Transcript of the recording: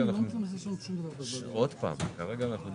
קבלת ההסתייגות?